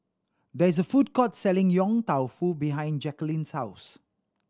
there is a food court selling Yong Tau Foo behind Jacqulyn's house